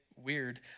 Weird